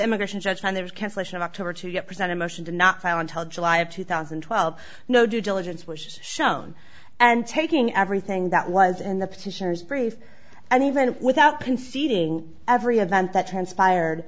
immigration judge when there's cancellation of october to get present a motion to not file until july of two thousand and twelve no due diligence was shown and taking everything that was in the petitioners brief and even without conceding every event that transpired